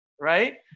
Right